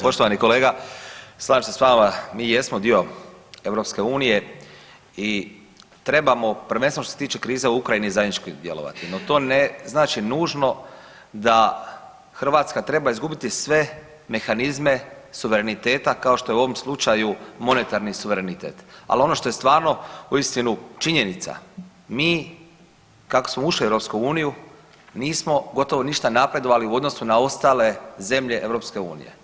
Poštovani kolega, slažem se s vama, mi jesmo dio EU i trebamo prvenstveno što se tiče krize u Ukrajini zajednički djelovati, no to ne znači nužno da Hrvatska treba izgubiti sve mehanizme suvereniteta kao što je u ovom slučaju monetarni suverenitet, al ono što je stvarno uistinu činjenica mi kako smo ušli u EU nismo gotovo ništa napredovali u odnosu na ostale zemlje EU.